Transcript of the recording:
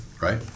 Right